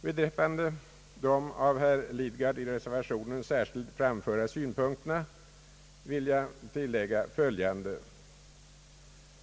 Beträffande de av herr Lidgard i reservationen särskilt framförda synpunkterna vill jag tillägga följande.